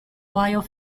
while